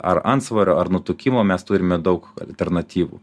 ar antsvorio ar nutukimo mes turime daug alternatyvų